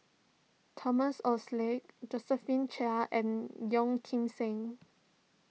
Thomas Oxley Josephine Chia and Yeo Kim Seng